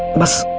was